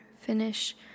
finish